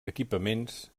equipaments